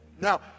Now